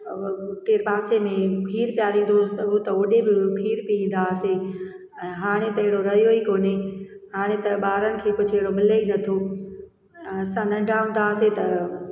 हुते पासे में खीर पीआरींदो हुअसि त हू त होॾे बि खीर पीअंदा हुआसीं ऐं हाणे त हेड़ो रहियो ई कोने हाणे त ॿारनि खे कुझु हेड़ो मिले ई नथो असां नंढा हूंदा हुआसीं त